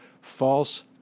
false